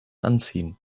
anziehen